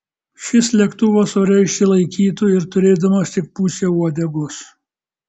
šis lėktuvas ore išsilaikytų ir turėdamas tik pusę uodegos